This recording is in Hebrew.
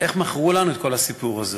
איך מכרו לנו את כל הסיפור הזה.